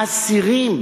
האסירים